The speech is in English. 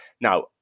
Now